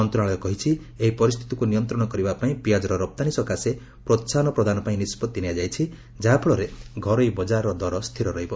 ମନ୍ତ୍ରଶାଳୟ କହିଛି ଏହି ପରିସ୍ଥିତିକୁ ନିୟନ୍ତ୍ରଣ କରିବା ପାଇଁ ପିଆଜର ରପ୍ତାନୀକୁ ପ୍ରୋସାହନ ପ୍ରଦାନ ପାଇଁ ନିଷ୍କଭି ନିଆଯାଇଛି ଯାହାଫଳରେ ଘରୋଇ ବଜାରର ଦର ସ୍ଥିର ରହିବ